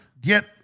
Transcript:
get